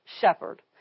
shepherd